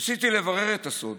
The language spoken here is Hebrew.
ניסיתי לברר את הסוד